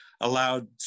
allowed